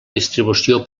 distribució